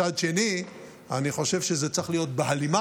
מצד שני, אני חושב שזה צריך להיות בהלימה